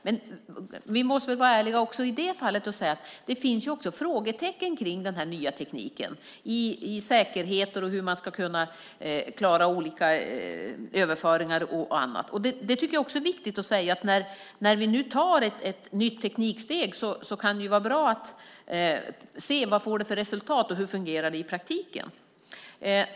Men vi måste vara ärliga också i det fallet och säga att det finns frågetecken kring den här nya tekniken. Det gäller säkerheten, hur man ska kunna klara olika överföringar och annat. Det tycker jag också är viktigt att säga; att när vi nu tar ett nytt tekniksteg kan det vara bra att se vad det får för resultat och hur det fungerar i praktiken.